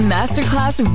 Masterclass